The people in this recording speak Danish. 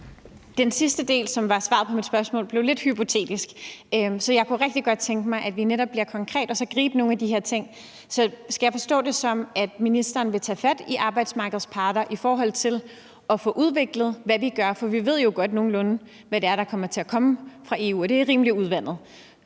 Den sidste del, som var svaret på mit spørgsmål, blev lidt hypotetisk, så jeg kunne rigtig godt tænke mig, at vi netop bliver konkrete og så griber nogle af de her ting. Så skal jeg forstå det sådan, at ministeren vil tage fat i arbejdsmarkedets parter i forhold til at få udviklet, hvad vi gør? For vi ved jo godt nogenlunde, hvad der vil komme fra EU, og at det er rimelig udvandet.